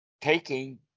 taking